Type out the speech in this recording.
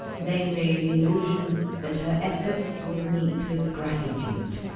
namely, the illusion that her efforts will meet with gratitude.